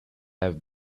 have